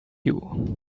you